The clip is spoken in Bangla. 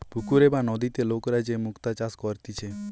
পুকুরে বা নদীতে লোকরা যে মুক্তা চাষ করতিছে